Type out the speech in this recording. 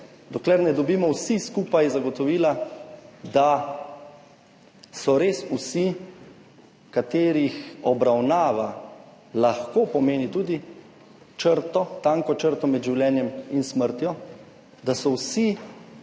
dokler ne dobimo vsi skupaj zagotovila, da so res vsi, katerih obravnava lahko pomeni tudi črto, tanko črto med življenjem in smrtjo, da so vsi